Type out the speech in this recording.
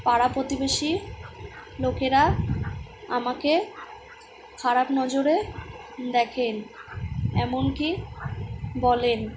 পাড়া প্রতিবেশী লোকেরা আমাকে খারাপ নজরে দেখেন এমনকি বলেন